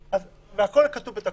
להטיל את הקנסות, והכול כתוב בתקנות.